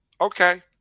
okay